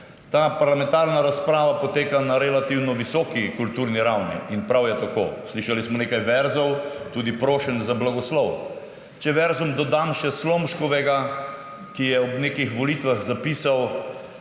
Ta parlamentarna razprava poteka na relativno visoki kulturni ravni in prav je tako. Slišali smo nekaj verzov, tudi prošenj za blagoslov. Če verzom dodam še Slomškovega, ki je ob nekih volitvah zapisal